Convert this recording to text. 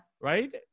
right